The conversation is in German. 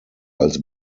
als